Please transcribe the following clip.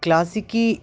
classic